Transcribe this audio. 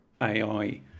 ai